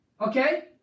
Okay